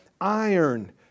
iron